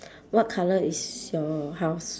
what colour is your house